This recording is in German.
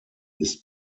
ist